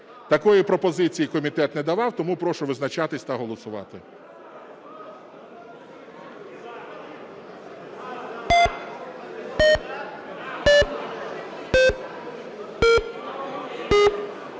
Такої пропозиції комітет не давав, тому прошу визначатися та голосувати.